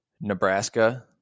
Nebraska